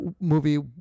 movie